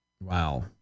Wow